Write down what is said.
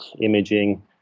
imaging